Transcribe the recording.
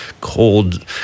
cold